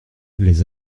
les